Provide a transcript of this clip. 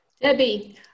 Debbie